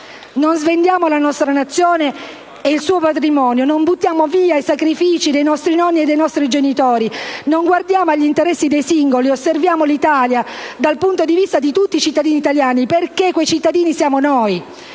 Non svendiamo la nostra Nazione e il suo patrimonio. Non buttiamo via i sacrifici dei nostri genitori e dei nostri nonni. Non guardiamo agli interessi dei singoli. Osserviamo l'Italia dal punto di vista di tutti i cittadini italiani, perché quei cittadini siamo noi!